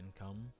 income